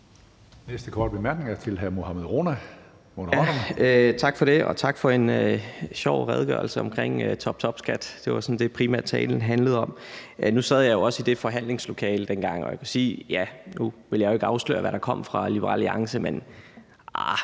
Moderaterne. Kl. 17:42 Mohammad Rona (M): Tak for det, og tak for en sjov redegørelse omkring toptopskat. Det var sådan primært det, talen handlede om. Nu sad jeg jo også i det forhandlingslokale dengang, og nu vil jeg ikke afsløre, hvad der kom fra Liberal Alliance, men jeg